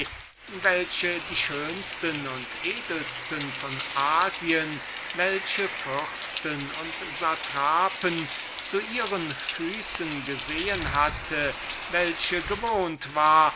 welche die schönsten und edelsten von asien welche fürsten und satrapen zu ihren füßen gesehen hatte welche gewohnt war